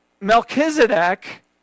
Melchizedek